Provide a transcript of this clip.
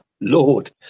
lord